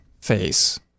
face